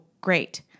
great